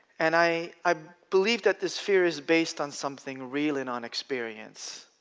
and i i believe that this fear is based on something real and on experience.